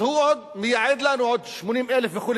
אז הוא מייעד לנו עוד 80,000 וכו',